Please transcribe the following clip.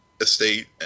estate